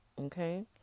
Okay